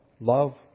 love